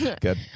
good